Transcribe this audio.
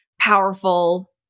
powerful